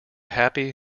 happy